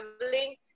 traveling